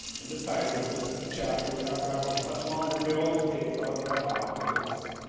in the title but this is the chapter we'd have to have it a much longer bill to take telegraph out because it's